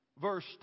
verse